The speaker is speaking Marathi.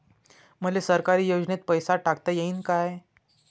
मले सरकारी योजतेन पैसा टाकता येईन काय?